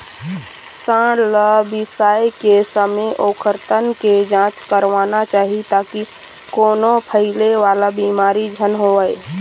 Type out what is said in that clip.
सांड ल बिसाए के समे ओखर तन के जांच करवाना चाही ताकि कोनो फइले वाला बिमारी झन होवय